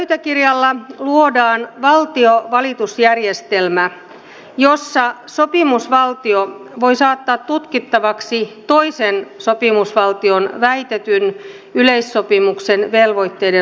pöytäkirjalla luodaan valtiovalitusjärjestelmä jossa sopimusvaltio voi saattaa tutkittavaksi toisen sopimusvaltion väitetyn yleissopimuksen velvoitteiden loukkauksen